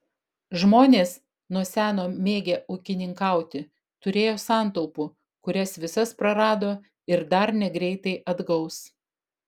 žmonės nuo seno mėgę ūkininkauti turėjo santaupų kurias visas prarado ir dar negreitai atgaus